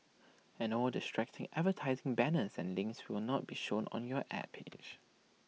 and all distracting advertising banners and links will not be shown on your Ad page